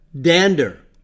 dander